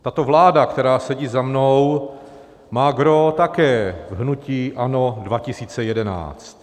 Tato vláda, která sedí za mnou, má gros také v hnutí ANO 2011.